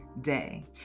day